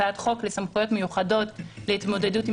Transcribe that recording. הצעת חוק לסמכויות מיוחדות להתמודדות עם